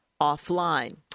offline